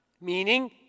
meaning